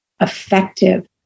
effective